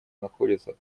находится